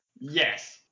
Yes